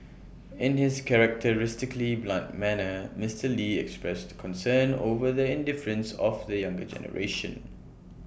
in his characteristically blunt manner Mister lee expressed concern over the indifference of the younger generation